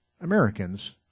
Americans